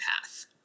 path